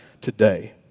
today